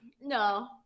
No